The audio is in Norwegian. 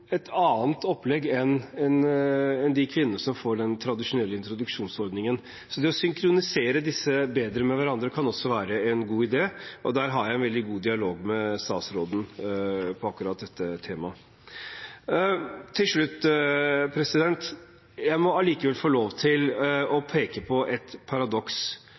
et annet opplegg enn de kvinnene som er i den tradisjonelle introduksjonsordningen. Det å synkronisere disse bedre med hverandre kan også være en god idé. Jeg har en veldig god dialog med statsråden om akkurat dette temaet. Til slutt må jeg allikevel få lov til å peke på et paradoks,